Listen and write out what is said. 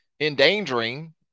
endangering